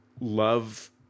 love